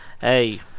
hey